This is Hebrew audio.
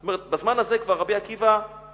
זאת אומרת, בזמן הזה כבר רבי עקיבא נהרג,